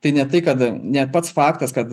tai ne tai kad ne pats faktas kad